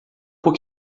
por